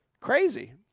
crazy